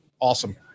Awesome